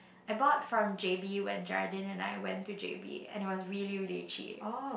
I bought from J_B when Geraldine and I went to J_B and it was really really cheap